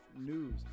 news